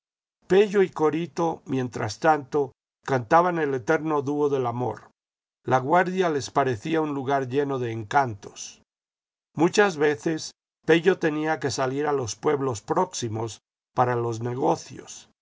pello y corito mientras tanto cantaban el eterno dúo de amor laguardia les parecía un lugar lleno de encantos muchas veces pello tenía que salir a los pueblos próximos para los negocios